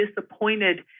disappointed